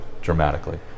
dramatically